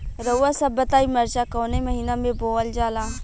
रउआ सभ बताई मरचा कवने महीना में बोवल जाला?